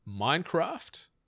Minecraft